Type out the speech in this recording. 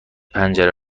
پنجره